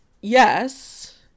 yes